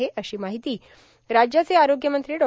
आहे अशी मार्ाहती राज्याचे आरोग्य मंत्री डॉ